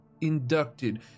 inducted